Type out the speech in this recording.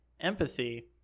empathy